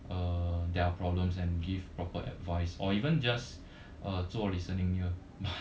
uh their problems and give proper advice or even just uh 做 listening ear